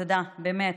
תודה, באמת.